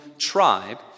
tribe